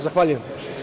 Zahvaljujem.